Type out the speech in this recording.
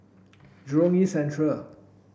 Jurong East Central